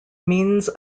means